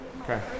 Okay